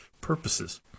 purposes